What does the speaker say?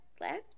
left